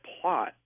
plot